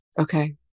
Okay